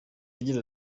agira